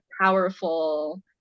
powerful